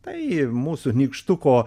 tai mūsų nykštuko